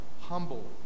humble